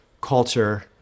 culture